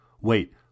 wait